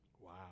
Wow